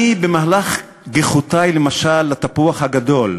אני, במהלך גיחותי, למשל, לתפוח הגדול,